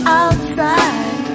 outside